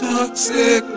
Toxic